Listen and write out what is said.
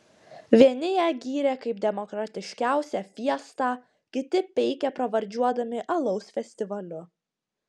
vieni ją gyrė kaip demokratiškiausią fiestą kiti peikė pravardžiuodami alaus festivaliu